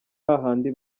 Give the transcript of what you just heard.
hahandi